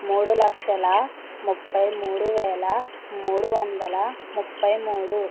మూడు లక్షల ముప్పై మూడు వేల మూడు వందల ముప్పై మూడు